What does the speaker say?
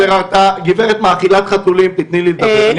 גברת מאכילת חתולים, תתני לי לדבר.